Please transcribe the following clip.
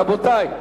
רבותי.